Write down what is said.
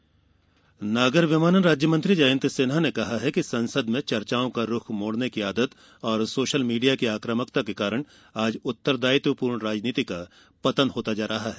राजनीति पतन नागर विमानन राज्य मंत्री जयंत सिन्हा ने कहा है कि संसद में चर्चाओं का रूख मोड़ने की आदत और सोशल मीडिया की आकामकता के कारण आज उत्तरदायित्वपूर्ण राजनीति का पतन होता जा रहा है